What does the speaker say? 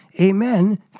Amen